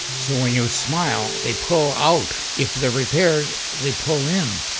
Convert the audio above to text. so when you smile, they pull out. if they're repaired, they pull in.